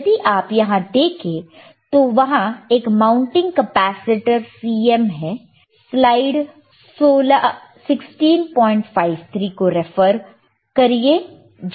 यदि आप यहां देखें तो वहां एक माउंटिंग कैपेसिटर Cm है स्लाइड 1653 को रेफर करिए